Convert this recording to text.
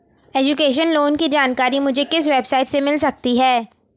Education loan की जानकारी मुझे किस वेबसाइट से मिल सकती है?